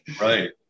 right